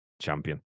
champion